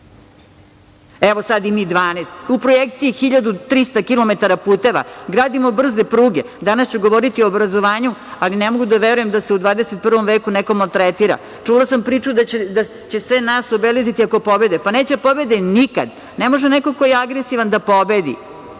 Evo, sad i mi 12. U projekciji 1.300 kilometara puteva. Gradimo brze pruge. Danas ću govoriti o obrazovanju, ali ne mogu da verujem da se u 21. veku neko maltretira. Čula sam priču da će sve nas obeležiti ako pobede, pa neće da pobede nikada. Ne može neko ko je agresivan da pobedi.